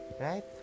right